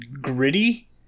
gritty